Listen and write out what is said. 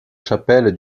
chapelle